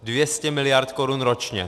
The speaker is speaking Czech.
200 mld. korun ročně!